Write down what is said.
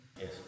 Yes